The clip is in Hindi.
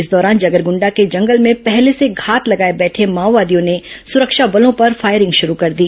इस दौरान जगरगुंडा के जंगल में पहले से घात लगाए बैठे माओवादियों ने सुरक्षा बलों पर फायरिंग शुरू कर दी